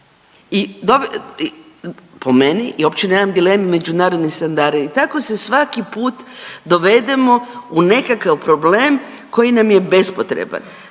I po meni ja uopće dileme, međunarodni standardi. I tako se svaki put dovedemo u nekakav problem koji nam je bespotreban.